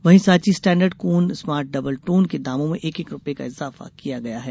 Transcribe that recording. वहीं सांची स्टेण्डर्ड कोन smart double tone के दामों में एक एक रूपये का इजाफा किया गया है